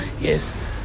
Yes